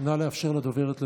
נא לאפשר לדוברת לדבר.